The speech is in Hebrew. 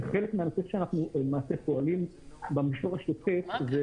שחלק מהנושא שאנחנו פועלים במישור השוטף זה